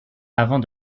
avant